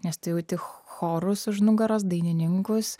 nes tu jauti chorus už nugaros dainininkus